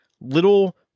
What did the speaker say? little